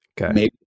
Okay